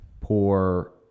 poor